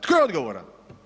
Tko je odgovoran?